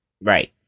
Right